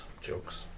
jokes